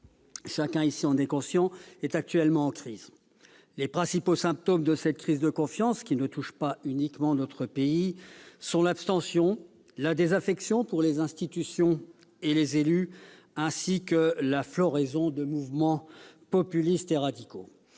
chacun ici en est conscient, est actuellement en crise. Les principaux symptômes de cette crise de confiance, qui ne touche pas uniquement notre pays, sont l'abstention, la désaffection pour les institutions et les élus, ainsi que la floraison de mouvements populistes et radicaux.